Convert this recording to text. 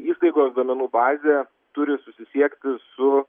įstaigos duomenų bazė turi susisiekti su